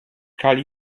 kali